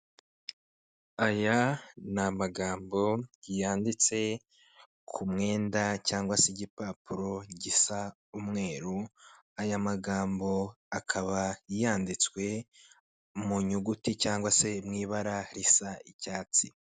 Aya ni amagambo yanditse ku mwenda cyangwa se igipapuro gisa umweru aya magambo akaba yanditswe mu nyuguti cyangwa se mu ibara risa icyatsi.